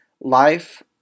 life